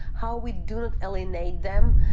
how we do not alienate them,